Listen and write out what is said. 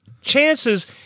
chances